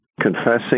confessing